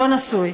לא נשוי,